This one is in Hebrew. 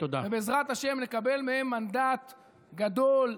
ובעזרת השם נקבל מהם מנדט גדול,